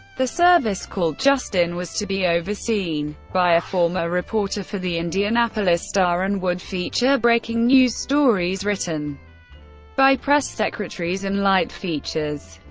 the service, called justin, was to be overseen by a former reporter for the indianapolis star, and would feature breaking news, stories written by press secretaries, and light features.